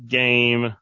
game